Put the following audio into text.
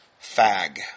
fag